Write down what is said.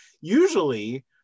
Usually